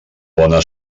bona